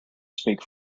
speak